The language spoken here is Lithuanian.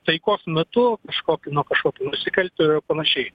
taikos metu kažkokių nuo kažkokių nusikaltėlių ir panašiai